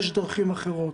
יש דרכים אחרות.